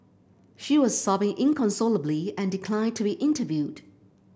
she was sobbing inconsolably and declined to be interviewed